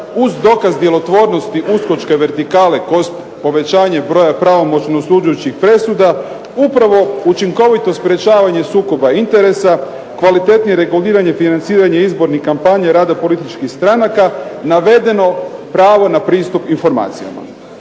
uz dokaz djelotvornosti uskočke vertikale povećanjem broja pravomoćno osuđujućih presuda upravo učinkovito sprečavanje sukoba interesa, kvalitetnije reguliranje, financiranje izbornih kampanja i rada političkih stranaka navedeno pravo na pristup informacijama.